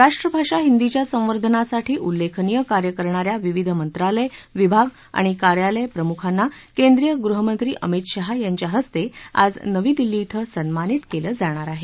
राष्ट्र भाषा हिंदीच्या संवर्धनासाठी उल्लेखनीय कार्य करणाऱ्या विविध मंत्रालय विभाग आणि कार्यालय प्रमुखांना केंद्रीय गृहमंत्री अमीत शाह यांच्या हस्ते आज नवी दिल्ली क्वें सन्मानित केलं जाणार आहे